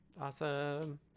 Awesome